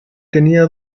tenía